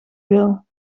wil